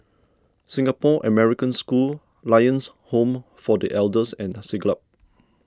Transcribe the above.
Singapore American School Lions Home for the Elders and Siglap